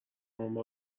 عمر